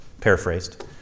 Paraphrased